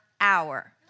hour